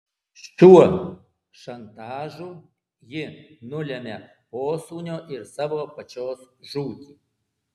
šiuo šantažu ji nulemia posūnio ir savo pačios žūtį